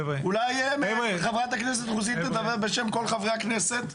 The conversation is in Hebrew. אולי חברת הכנסת רוזין תדבר בשם כל חברי הכנסת?